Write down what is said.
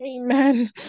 Amen